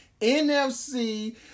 NFC